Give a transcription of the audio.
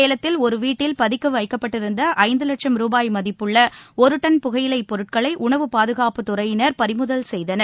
சேலத்தில் ஒரு வீட்டில் பதுக்கி வைக்கப்பட்டிருந்த ஐந்து வட்சம் ரூபாய் மதிப்புள்ள ஒரு டன் புகையிலைப் பொருட்களை உணவு பாதுகாப்புத்துறை அலுவலர்கள் பறிமுதல் செய்தனர்